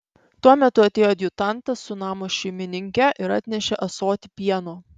tuo metu atėjo adjutantas su namo šeimininke ir atnešė ąsotį pieno